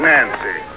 Nancy